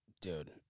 dude